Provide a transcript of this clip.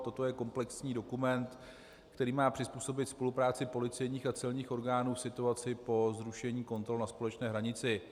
Toto je komplexní dokument, který má přizpůsobit spolupráci policejních a celních orgánů situaci po zrušení kontrol na společné hranici.